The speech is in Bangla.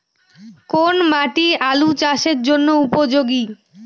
কোন মাটি আলু চাষের জন্যে উপযোগী?